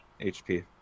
HP